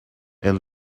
and